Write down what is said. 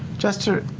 jester,